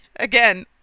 Again